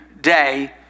day